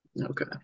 Okay